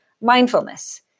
mindfulness